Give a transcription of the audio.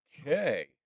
Okay